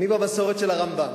אני במסורת של הרמב"ם,